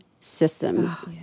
systems